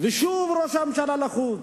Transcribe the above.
ושוב ראש הממשלה לחוץ.